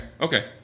okay